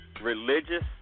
Religious